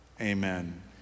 Amen